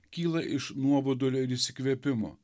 kyla iš nuobodulio ir išsikvėpimo